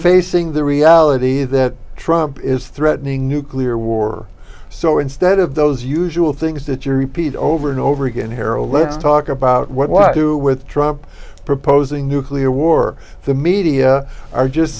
facing the reality that trump is threatening nuclear war so instead of those usual things that you repeat over and over again harold let's talk about what to do with trump proposing nuclear war the media are just